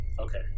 Okay